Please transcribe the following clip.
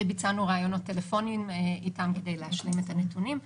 וביצענו ראיונות טלפוניים איתם כדי להשלים את הנתונים.